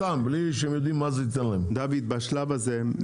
בשלב הזה,